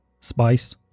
Spice